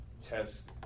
tests